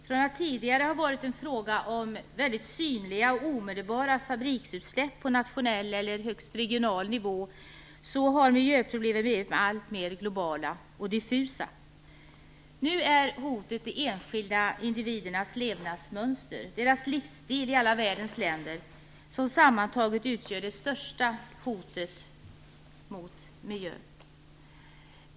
Från att tidigare ha varit en fråga om väldigt synliga och omedelbara fabriksutsläpp på nationell eller högst regional nivå har miljöproblemen blivit alltmer globala och diffusa. Nu är hotet de enskilda individernas levnadsmönster; deras livsstil i alla världens länder utgör sammantaget det största hotet mot miljön.